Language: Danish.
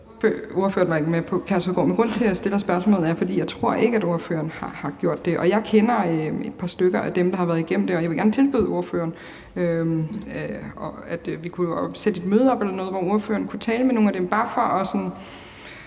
Jeg var ikke med på Kærshovedgård. Men grunden til, at jeg stiller spørgsmålet, er, at jeg ikke tror, at ordføreren har talt med dem. Jeg kender et par stykker af dem, der har været igennem det, og jeg vil gerne tilbyde ordføreren at arrangere et møde, hvor ordføreren kunne tale med nogle af dem bare for